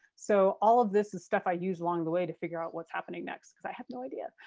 so all of this is stuff i use along the way to figure out what's happening next because i have no idea.